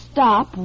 Stop